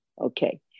Okay